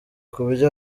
kubyo